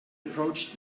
approached